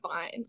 fine